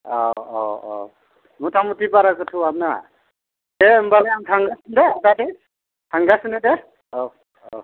औ औ औ मथामथि बारा गोथौ हाबनाङा दे होनबालाय आं थांगासिनो दे आदा दे थांगासिनो दे औ औ